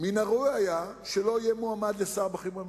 שמן הראוי היה שלא יהיה מועמד לשר בכיר בממשלה.